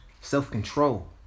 self-control